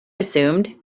assumed